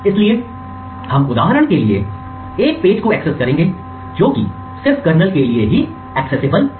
इसलिए हम उदाहरण के लिए एक पेज को एक्सेस करेंगे जोकि सिर्फ कर्नल के लिए एक्सेसिबल है